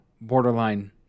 borderline